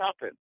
happen